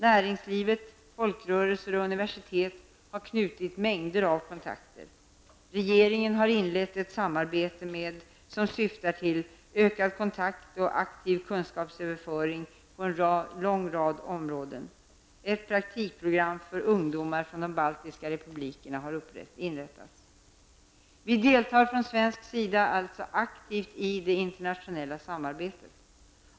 Näringslivet, folkrörelser och universitet har knutit mängder av kontakter. Regeringen har inlett ett samarbete som syftar till ökad kontakt och aktiv kunskapsöverföring på en lång rad områden. Ett praktikprogram för ungdomar från de baltiska republikerna har inrättats. Vi deltar från svensk sida alltså aktivt i det internationella samarbetet.